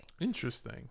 Interesting